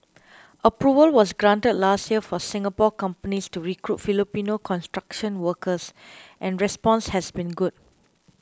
approval was granted last year for Singapore companies to recruit Filipino construction workers and response has been good